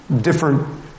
different